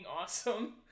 awesome